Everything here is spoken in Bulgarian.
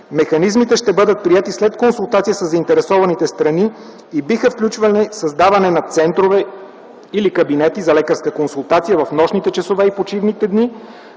Механизмите ще бъдат приети след консултации със заинтересованите страни и биха включвали създаването на центрове или кабинети за лекарска консултация в нощните часове и почивните дни,